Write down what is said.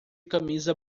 camisa